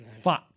Fuck